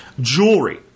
jewelry